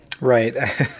right